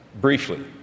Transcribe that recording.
briefly